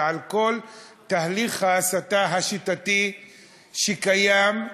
ועל כל תהליך ההסתה השיטתי שקיים,